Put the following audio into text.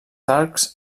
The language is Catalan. arcs